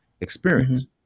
experience